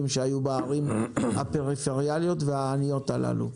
שהיו בערים הפריפריאליות והעניות הללו?